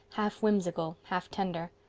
half-whimsical, half-tender.